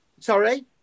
Sorry